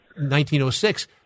1906